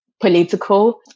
Political